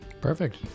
Perfect